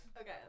Okay